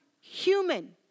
human